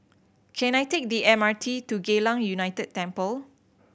can I take the M R T to Geylang United Temple